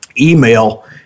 email